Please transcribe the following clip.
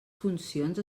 funcions